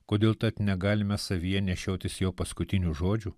kodėl tad negalime savyje nešiotis jo paskutinių žodžių